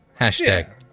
Hashtag